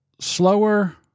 slower